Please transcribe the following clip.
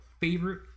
favorite